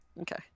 Okay